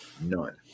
None